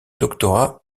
doctorat